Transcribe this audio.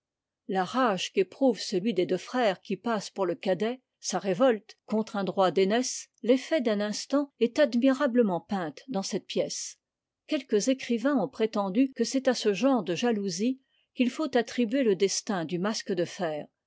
la rage qu'éprouve celui des deux frères qui passe pour le cadet sa révolte contre un droit d'aînesse l'effet d'un instant est admirablement peinte dans cette pièce quelques écrivains ont prétendu que c'est à ce genre de jalousie qu'il faut attribuer le destin du masque de fer